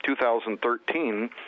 2013